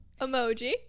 emoji